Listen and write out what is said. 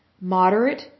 moderate